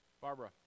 Barbara